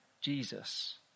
Jesus